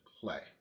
play